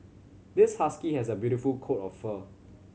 this husky has a beautiful coat of fur